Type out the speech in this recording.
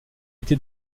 été